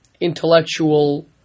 intellectual